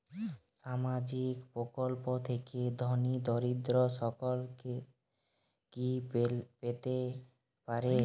সামাজিক প্রকল্প থেকে ধনী দরিদ্র সকলে কি পেতে পারে?